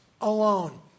alone